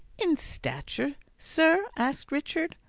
in stature, sir? asked richard.